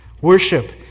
Worship